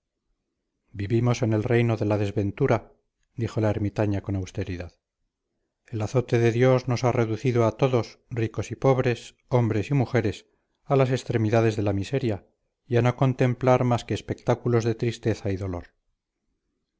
vivimos en el reino de la desventura dijo la ermitaña con austeridad el azote de dios nos ha reducido a todos ricos y pobres hombres y mujeres a las extremidades de la miseria y a no contemplar más que espectáculos de tristeza y dolor